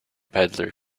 peddler